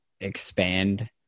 expand